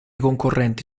concorrenti